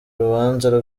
rubanza